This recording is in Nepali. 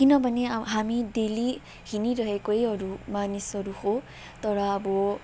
किनभने हामी डेली हिँढिरहेकैहरू मानिसहरू हो तर अब